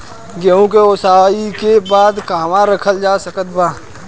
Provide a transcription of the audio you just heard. गेहूँ के ओसाई के बाद कहवा रखल जा सकत बा?